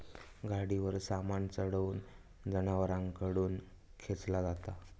गाडीवर सामान चढवून जनावरांकडून खेंचला जाता